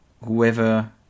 Whoever